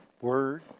word